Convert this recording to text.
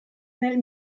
nel